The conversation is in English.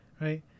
Right